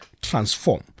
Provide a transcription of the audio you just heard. transform